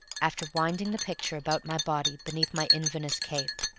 after winding the picture about my body beneath my inverness cape.